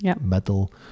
metal